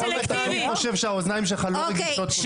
אני חושב שהאוזניים שלך לא כל כך רגישות להסתה.